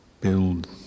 build